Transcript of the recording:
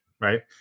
right